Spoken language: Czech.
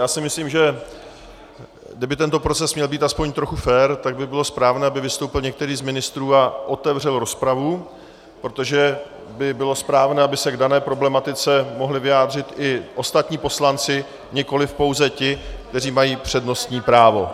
Já si myslím, že kdyby tento proces měl být aspoň trochu fér, tak by bylo správné, aby vystoupil některý z ministrů a otevřel rozpravu, protože by bylo správné, aby se k dané problematice mohli vyjádřit i ostatní poslanci, nikoliv pouze ti, kteří mají přednostní právo.